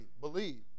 believe